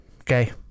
Okay